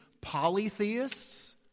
polytheists